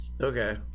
okay